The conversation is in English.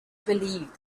believed